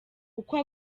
uko